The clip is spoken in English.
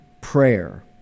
prayer